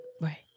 Right